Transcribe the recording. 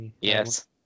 Yes